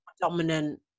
dominant